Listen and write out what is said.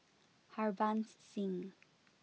Harbans Singh